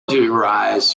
derives